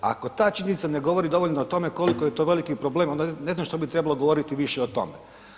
Ako ta činjenica ne govori dovoljno o tome koliko je to veliki problem onda ne znam što bi trebalo govoriti više o tome.